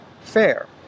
fair